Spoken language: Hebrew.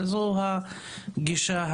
וזו הגישה הנכונה.